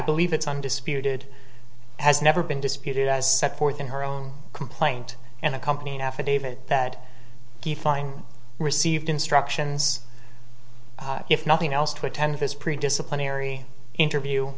believe it's undisputed has never been disputed as set forth in her own complaint and accompanying affidavit that the fine received instructions if nothing else to attend his pretty disciplinary interview